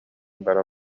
баран